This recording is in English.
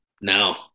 no